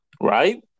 Right